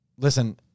Listen